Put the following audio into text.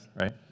right